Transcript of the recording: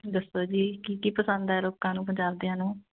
ਦੱਸੋ ਜੀ ਕੀ ਕੀ ਪਸੰਦ ਹੈ ਲੋਕਾਂ ਨੂੰ ਪੰਜਾਬ ਦਿਆਂ ਨੂੰ